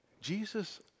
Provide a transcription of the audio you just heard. Jesus